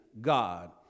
God